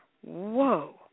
whoa